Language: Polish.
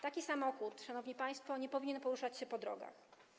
Taki samochód, szanowni państwo, nie powinien poruszać się po drogach.